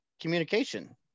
communication